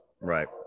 right